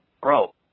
Bro